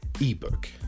ebook